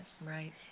Right